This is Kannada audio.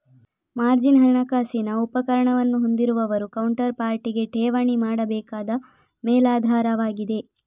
ಮಾರ್ಜಿನ್ ಹಣಕಾಸಿನ ಉಪಕರಣವನ್ನು ಹೊಂದಿರುವವರು ಕೌಂಟರ್ ಪಾರ್ಟಿಗೆ ಠೇವಣಿ ಮಾಡಬೇಕಾದ ಮೇಲಾಧಾರವಾಗಿದೆ